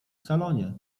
salonie